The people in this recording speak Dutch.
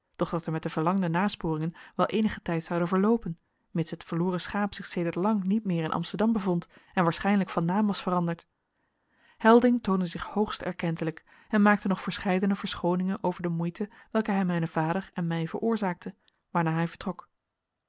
dat er met de verlangde nasporingen wel eenige tijd zoude verloopen vermits het verloren schaap zich sedert lang niet meer in amsterdam bevond en waarschijnlijk van naam was veranderd helding toonde zich hoogst erkentelijk en maakte nog verscheidene verschooningen over de moeite welke hij mijnen vader en mij veroorzaakte waarna hij vertrok